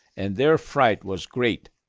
and their fright was great.